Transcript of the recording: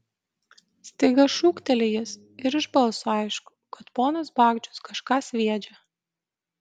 staiga šūkteli jis ir iš balso aišku kad ponas bagdžius kažką sviedžia